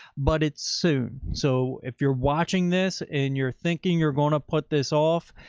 but it's soon. so if you're watching this and you're thinking you're going to put this off,